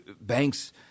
Banks